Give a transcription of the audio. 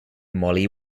molly